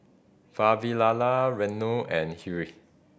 Vavilala Renu and Hiri